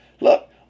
look